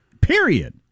period